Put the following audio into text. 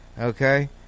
okay